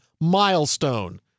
milestone